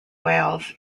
whales